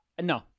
No